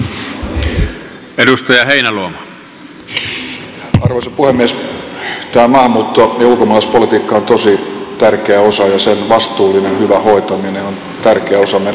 tämä maahanmuutto ja ulkomaalaispolitiikka ja sen vastuullinen hyvä hoitaminen on tosi tärkeä osa meidän kansallista menestystämme